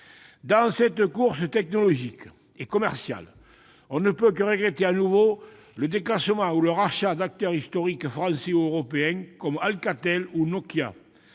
Dans cette course technologique et commerciale, on ne peut que regretter de nouveau le déclassement ou le rachat d'acteurs historiques, français ou européens, comme Alcatel ou Nokia.